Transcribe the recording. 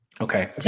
Okay